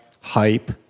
hype